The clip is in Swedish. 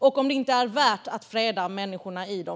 Är det inte värt att freda människorna i dem?